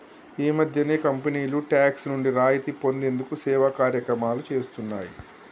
ఈ మధ్యనే కంపెనీలు టాక్స్ నుండి రాయితీ పొందేందుకు సేవా కార్యక్రమాలు చేస్తున్నాయి